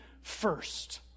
first